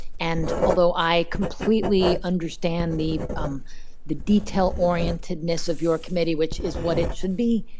and although i completely understand the um the detail orientedness of your committee, which is what it should be,